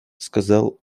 сказал